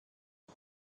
die